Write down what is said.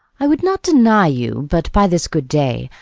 i would not deny you but, by this good day,